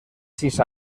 sis